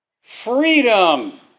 Freedom